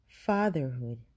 Fatherhood